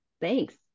thanks